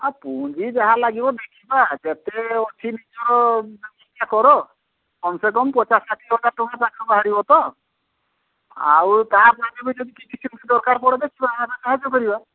ଆଉ ପୁଞ୍ଜି ଯାହା ଲାଗିବ ଦେଖିବା ଯେତେ ଅଛି ନିଜର ସେତିକି କର କମ ସେ କମ ପଚାଶ ଷାଠିଏ ହଜାର ଟଙ୍କା ପାଖରୁ ବାହାରିବ ତ ଆଉ ତା ସାଙ୍ଗେ ବି କିଛି ସେମିତି ଯଦି ଦରକାର ପଡ଼େ ଦେଖିବା ଆମେ ସାହାଯ୍ୟ କରିବା